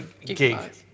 gig